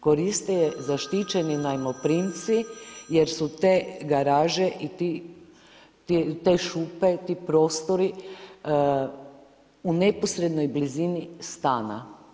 Koriste je zaštićeni najmoprimci, jer su te garaže i te šupe, ti prostori u neposrednoj blizini stana.